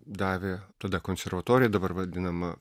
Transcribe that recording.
davė tada konservatorija dabar vadinama